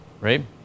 right